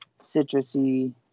citrusy